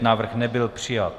Návrh nebyl přijat.